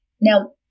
Now